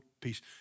peace